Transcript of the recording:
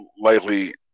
likely